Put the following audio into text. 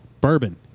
bourbon